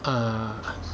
uh